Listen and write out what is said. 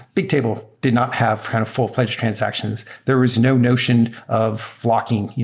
bigtable did not have kind of full-fledged transactions. there was no notion of flocking.